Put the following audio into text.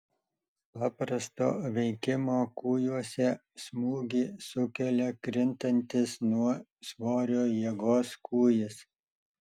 paprasto veikimo kūjuose smūgį sukelia krintantis nuo svorio jėgos kūjis